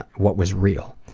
what was real.